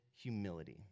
humility